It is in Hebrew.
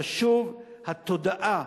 חשוב, התודעה